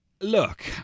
Look